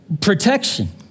protection